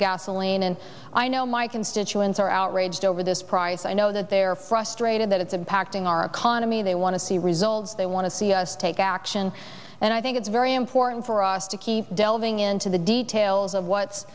gasoline and i know my constituents are outraged over this price i know that they're frustrated that it's impacting our economy they want to see results they want to see us take action and i think it's very important for us to keep delving into the details of what's